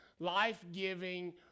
life-giving